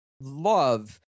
love